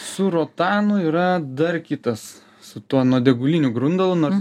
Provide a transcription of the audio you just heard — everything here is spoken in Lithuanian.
su rotanu yra dar kitas su tuo nuodėguliniu grundalu nors